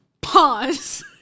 Pause